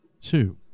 two